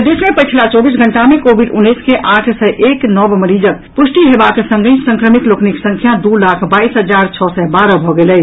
प्रदेश मे पछिला चौबीस घंटा मे कोविड उन्नैस के आठ सय एक नव मरीजक पुष्टि हेबाक संगहि संक्रमित लोकनिक संख्या दू लाख बाईस हजार छओ सय बारह भऽ गेल अछि